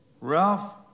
Ralph